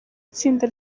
itsinda